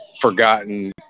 forgotten